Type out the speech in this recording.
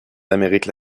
d’amérique